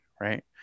right